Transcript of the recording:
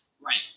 Right